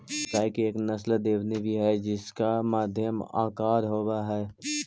गाय की एक नस्ल देवनी भी है जिसका मध्यम आकार होवअ हई